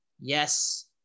yes